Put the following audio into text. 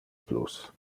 plus